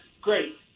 great